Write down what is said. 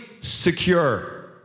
secure